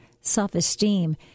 self-esteem